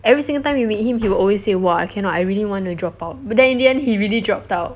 every single time we meet him he would always say !wah! I cannot I really want to drop out but then in the end he really dropped out